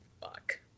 fuck